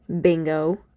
Bingo